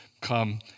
come